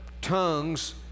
tongues